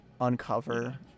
uncover